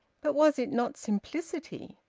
but was it not simplicity?